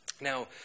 Now